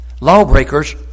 Lawbreakers